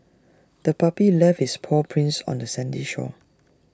the puppy left its paw prints on the sandy shore